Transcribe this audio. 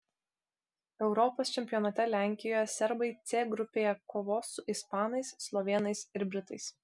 europos čempionate lenkijoje serbai c grupėje kovos su ispanais slovėnais ir britais